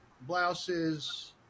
blouses